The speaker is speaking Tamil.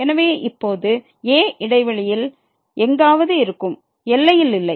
எனவே இப்போது a இடைவெளியில் எங்காவது இருக்கும் எல்லையில் இல்லை